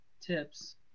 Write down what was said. tips